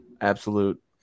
Absolute